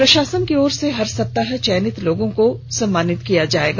प्रशासन की ओर से हर सप्ताह चयनित लोगों को सम्मानित किया जाएगा